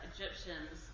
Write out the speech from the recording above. Egyptians